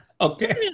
Okay